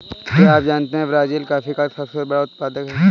क्या आप जानते है ब्राज़ील कॉफ़ी का सबसे बड़ा उत्पादक है